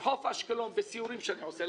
ביניהן מחוף אשקלון, בסיורים שאני עושה.